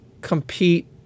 compete